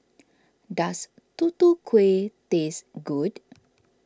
does Tutu Kueh taste good